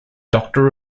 doctor